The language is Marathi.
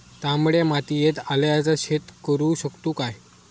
तामड्या मातयेत आल्याचा शेत करु शकतू काय?